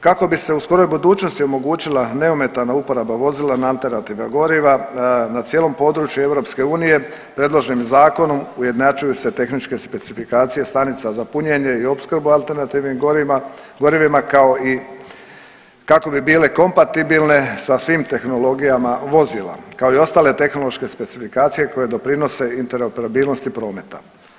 Kako bi se u skoroj budućnosti omogućila neometana uporaba vozila na alternativna goriva na cijelom području EU predloženim zakonom ujednačuju se tehničke specifikacije stanica za punjenje i opskrba alternativnim gorivima kao i kako bi bile kompatibilne sa svim tehnologijama vozila kao i ostale tehnološke specifikacije koje doprinose interoperabilnosti prometa.